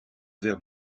verre